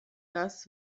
das